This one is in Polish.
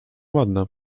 ładna